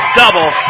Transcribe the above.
double